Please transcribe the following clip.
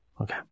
Okay